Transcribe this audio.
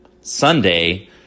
Sunday